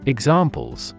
Examples